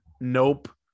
Nope